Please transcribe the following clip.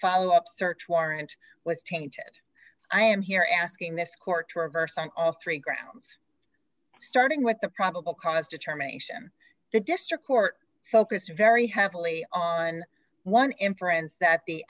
follow up search warrant was tainted i am here asking this court to reverse on all three grounds starting with the probable cause determination the district court focus very happily on one inference that the